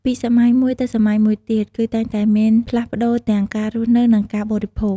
ពីសម័យមួយទៅសម័យមួយទៀត គឺតែងតែមានផ្លាស់ប្តូរទាំងការរស់នៅ និងការបរិភោគ។